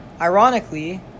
Ironically